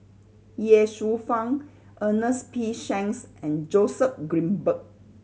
Ye Shufang Ernest P Shanks and Joseph Grimberg